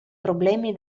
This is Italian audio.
problemi